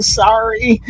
sorry